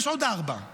יש עוד ארבע,